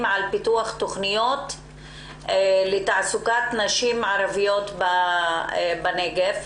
על פיתוח תוכניות לתעסוקת נשים ערביות בנגב?